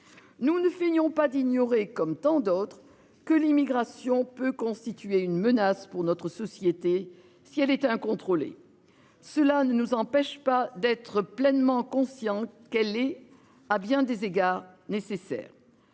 Nous ne feignons pas d'ignorer comme tant d'autres que l'immigration peut constituer une menace pour notre société, si elle est incontrôlée. Cela ne nous empêche pas d'être pleinement conscient qu'elle est à bien des égards nécessaires.